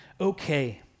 okay